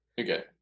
Okay